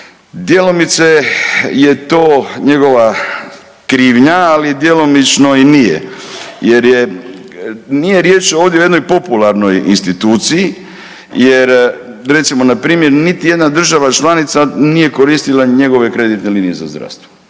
Djelomice je to njega krivnja, ali djelomično i nije jer je, nije riječ ovdje o jednoj popularnoj instituciji jer, recimo, npr. niti jedna država članica nije koristila njegove kreditne linije za zdravstvo.